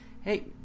hey